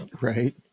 Right